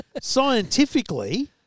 Scientifically